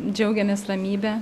džiaugiamės ramybe